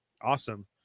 awesome